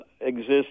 exists